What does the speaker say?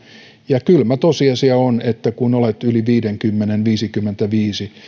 ja kylmä tosiasia on että kun olet yli viidenkymmenen viisikymmentäviisi